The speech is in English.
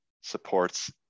supports